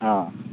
ಹಾಂ